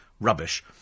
Rubbish